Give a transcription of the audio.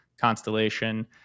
constellation